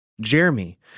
Jeremy